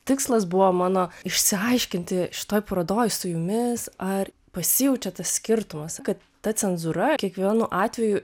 tikslas buvo mano išsiaiškinti šitoj parodoj su jumis ar pasijaučia tas skirtumas kad ta cenzūra kiekvienu atveju